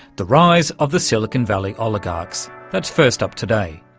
the rise of the silicon valley oligarchs that's first up today.